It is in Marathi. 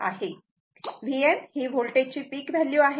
Vm ही होल्टेजची पिक व्हॅल्यू आहे